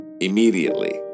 immediately